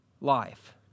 life